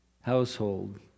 household